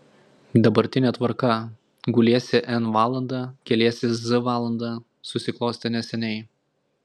dabartinė tvarka guliesi n valandą keliesi z valandą susiklostė neseniai